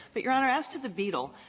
but, your honor, as to the beetle,